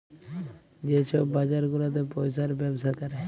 যে ছব বাজার গুলাতে পইসার ব্যবসা ক্যরে